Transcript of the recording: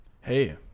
Hey